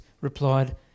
replied